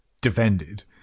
defended